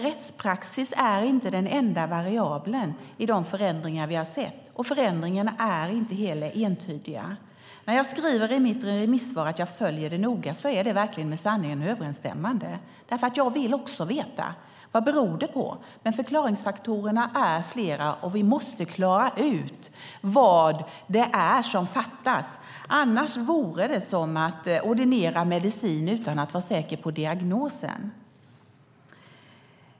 Rättspraxis är dock inte den enda variabeln i de förändringar vi har sett, och förändringarna är inte heller entydiga. När jag skriver i mitt remissvar att jag följer detta noga är det verkligen med sanningen överensstämmande. Jag vill nämligen också veta vad det beror på. Förklaringsfaktorerna är dock flera, och vi måste klara ut vad det är som fattas. Annars vore det som att ordinera medicin utan att vara säker på diagnosen.